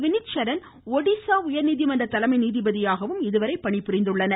வினித்சரண் ஒடிசா உயர்நீதிமன்ற தலைமை நீதிபதியாகவும் இதுவரை பணிபுரிந்தனர்